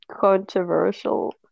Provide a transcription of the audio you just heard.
controversial